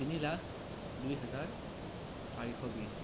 তিনি লাখ দুই হাজাৰ চাৰিশ বিশ